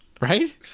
right